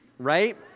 right